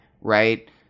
right